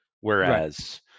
Whereas